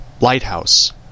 Lighthouse